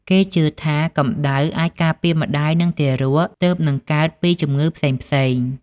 គេជឿថា កំដៅអាចការពារម្ដាយ និងទារកទើបនឹងកើតពីជំងឺផ្សេងៗ។